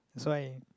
that's why